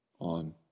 on